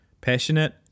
passionate